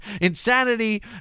insanity